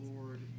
Lord